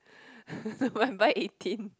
November eighteen